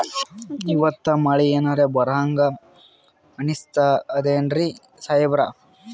ಇವತ್ತ ಮಳಿ ಎನರೆ ಬರಹಂಗ ಅನಿಸ್ತದೆನ್ರಿ ಸಾಹೇಬರ?